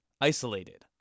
isolated